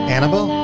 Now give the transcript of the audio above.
Annabelle